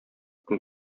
көн